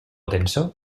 tenso